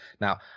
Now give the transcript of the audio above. now